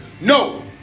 No